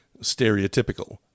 stereotypical